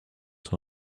your